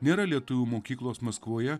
nėra lietuvių mokyklos maskvoje